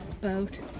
boat